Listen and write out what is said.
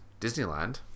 Disneyland